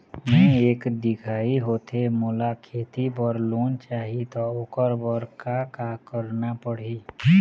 मैं एक दिखाही होथे मोला खेती बर लोन चाही त ओकर बर का का करना पड़ही?